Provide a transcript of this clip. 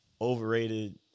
overrated